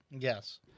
yes